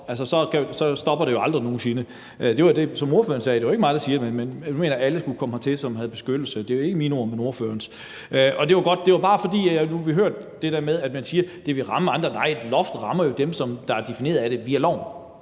så stopper det jo aldrig nogen sinde. Det var det, som ordføreren sagde. Det er ikke mig, der siger det. Man mener, at alle, som har behov for beskyttelse, skal kunne komme hertil. Det er jo ikke mine ord, men ordførerens. Det var bare, fordi vi nu har hørt det der med, at man siger, at det vil ramme andre. Nej, et loft rammer jo dem, der er defineret via loven,